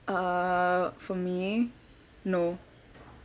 uh for me no